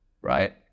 right